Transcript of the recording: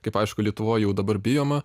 kaip aišku lietuvoj jau dabar bijoma